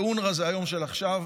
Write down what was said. ואונר"א זה היום של עכשיו,